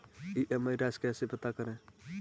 EMI राशि कैसे पता करें?